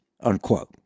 unquote